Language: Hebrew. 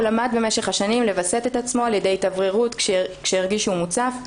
הוא למד במשך השנים לווסת את עצמו על ידי התאווררות כשהרגיש שהוא מוצף.